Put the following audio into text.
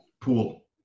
Pool